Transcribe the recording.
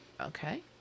Okay